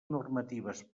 normatives